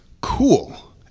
cool